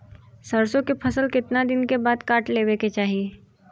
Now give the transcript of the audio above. सरसो के फसल कितना दिन के बाद काट लेवे के चाही?